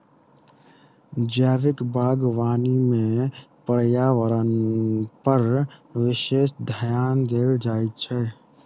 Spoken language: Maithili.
जैविक बागवानी मे पर्यावरणपर विशेष ध्यान देल जाइत छै